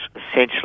essentially